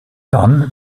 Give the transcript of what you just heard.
dann